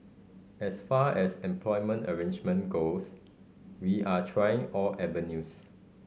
as far as employment arrangement goes we are trying all avenues